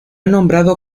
nombrado